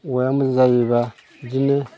औवाया मोजां जायोब्ला बिदिनो